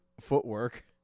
footwork